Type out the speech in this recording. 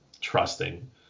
trusting